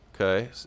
Okay